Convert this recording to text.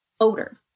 odor